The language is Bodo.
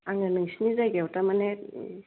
आङो नोंसिनि जायगायाव थारमाने